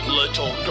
little